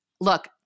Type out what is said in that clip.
look